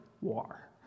War